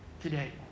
today